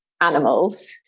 animals